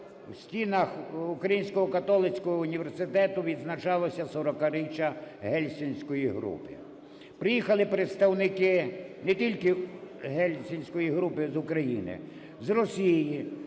університету відзначалося 40-річчя Гельсінської групи. Приїхали представники не тільки Гельсінської групи з України, з Росії,